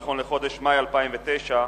נכון לחודש מאי 2009,